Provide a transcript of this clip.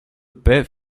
paix